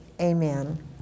amen